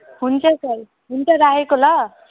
हुन्छ सर हुन्छ राखेको ल